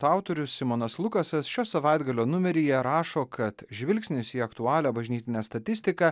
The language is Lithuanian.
autorius simonas lukasas šio savaitgalio numeryje rašo kad žvilgsnis į aktualią bažnytinę statistiką